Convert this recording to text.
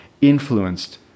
influenced